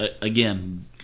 Again